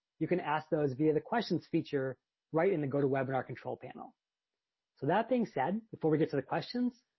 you can ask those via the questions feature right in the gotowebinar control panel. so that being said, before we get to the questions,